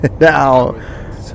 Now